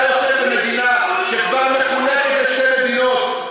אתה יושב במדינה שכבר מחולקת לשתי מדינות.